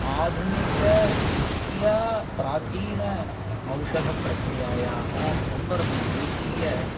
आधुनिकदृष्ट्या प्राचीन औषधप्रक्रियायाः संवर्धनं देशीय